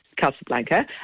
Casablanca